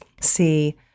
see